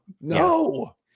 no